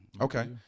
Okay